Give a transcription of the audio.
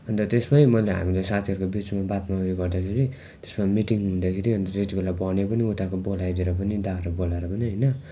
अन्त त्यसमै मैले हामीले साथीहरूको बिचमा बादमा उयो गर्दाखेरि त्यसमा मिटिङ हुँदाखेरि अन्त चाहिँ त्यतिबेला भन्यो पनि उताको बोलाइदिएर पनि दादाहरू बोलाएर पनि होइन